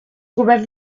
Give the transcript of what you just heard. governs